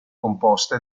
composte